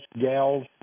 gals